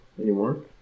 anymore